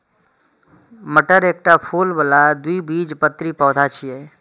मटर एकटा फूल बला द्विबीजपत्री पौधा छियै